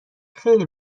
خیلی